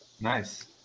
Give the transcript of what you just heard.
Nice